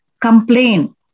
complain